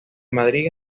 madrid